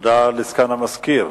תודה לסגן המזכיר.